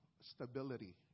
stability